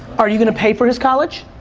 are you gonna pay for his college?